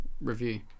review